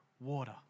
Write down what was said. water